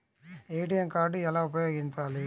ATM card ఎలా ఉపయోగించాలి?